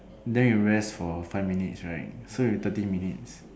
then you rest for five minutes right so you thirty minutes